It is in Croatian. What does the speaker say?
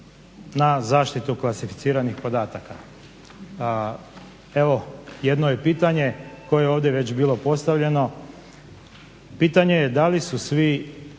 na zaštitu klasificiranih podataka. Evo jedno je pitanje koje ovdje već bilo postavljeno, pitanje je da li su svi